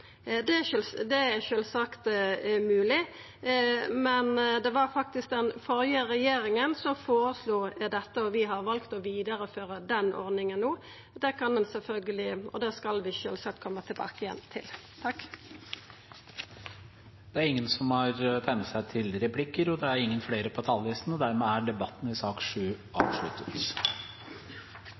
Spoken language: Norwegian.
Det er sjølvsagt mogeleg, men det var faktisk den førre regjeringa som føreslo dette, og vi har vald å vidareføra den ordninga no – og det skal vi sjølvsagt koma tilbake til. Flere har ikke bedt om ordet til sak nr. 7. Etter ønske fra familie- og kulturkomiteen vil presidenten ordne debatten slik: 3 minutter til hver partigruppe og